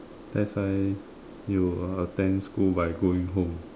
that's why you attend school by going home